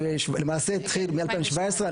למעשה התחיל מ-2017,